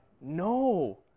No